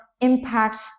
impact